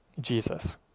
Jesus